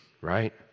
right